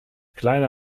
kleiner